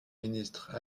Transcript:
ministre